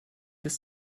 des